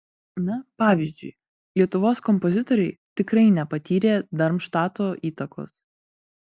na pavyzdžiui lietuvos kompozitoriai tikrai nepatyrė darmštato įtakos